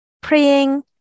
praying